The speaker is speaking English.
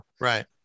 Right